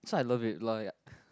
so I love it like